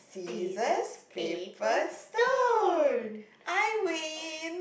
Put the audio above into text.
scissors paper stone I win